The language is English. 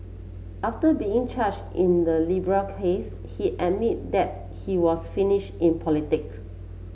after being charged in the Libya case he admitted that he was finish in politics